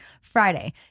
Friday